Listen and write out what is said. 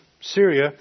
Syria